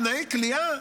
תנאי כליאה.